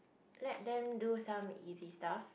let them do some easy stuff